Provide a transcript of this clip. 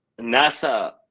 NASA